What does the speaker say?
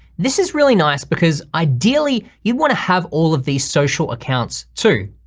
this is really nice because ideally you'd wanna have all of these social accounts too.